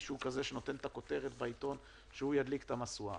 מישהו שנותן כותרת בעיתון להדליק משואה.